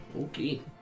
Okay